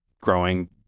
growing